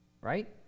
right